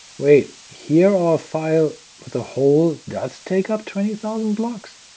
wait, here our file with a hole does take up twenty thousand blocks?